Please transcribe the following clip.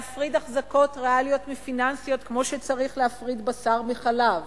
להפריד אחזקות ריאליות מפיננסיות כמו שצריך להפריד בשר מחלב,